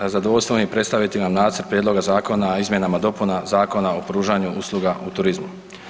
Zadovoljstvo mi je predstaviti vam nacrt Prijedloga zakona o izmjenama i dopunama Zakona o pružanju usluga u turizmu.